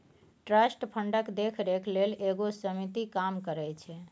trust फंडक देखरेख लेल एगो समिति काम करइ छै